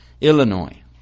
Illinois